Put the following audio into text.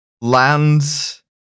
lands